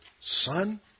son